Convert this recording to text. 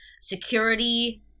security